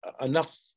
enough